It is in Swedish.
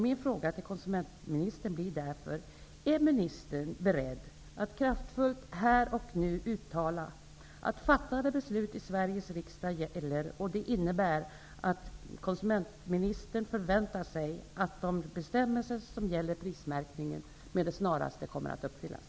Min fråga till konsumentministern blir därför: Är ministern beredd att kraftfullt här och nu uttala att fattade beslut i Sveriges riksdag gäller och att det innebär att konsumentministern förväntar sig att de bestämmelser som gäller prismärkning med det snaraste kommer att uppfyllas?